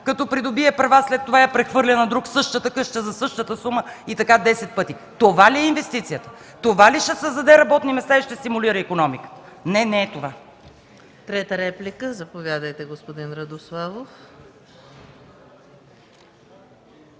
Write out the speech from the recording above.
Като придобие права след това прехвърля на друг същата къща за същата сума и така десет пъти. Това ли е инвестицията. Това ли ще създаде работни места и ще стимулира икономиката? Не, не е това.